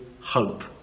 hope